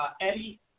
Eddie